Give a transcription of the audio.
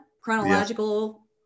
Chronological